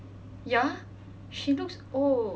ya she looks old